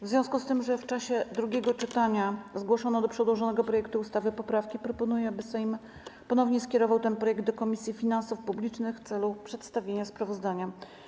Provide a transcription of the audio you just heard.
W związku z tym, że w czasie drugiego czytania zgłoszono do przedłożonego projektu ustawy poprawki, proponuję, aby Sejm ponownie skierował ten projekt do Komisji Finansów Publicznych w celu przedstawienia sprawozdania.